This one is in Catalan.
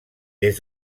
des